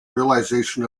realization